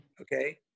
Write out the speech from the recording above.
Okay